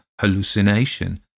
hallucination